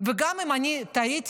וגם אם טעיתי,